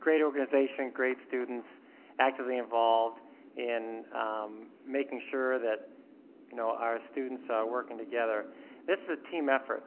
great organization great students actively involved in making sure that you know our students ah working together this is a team effort